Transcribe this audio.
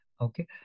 Okay